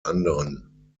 anderen